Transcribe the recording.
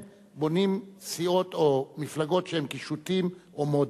בונים סיעות או מפלגות שהן קישוטים או "מודה",